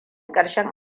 ƙarshen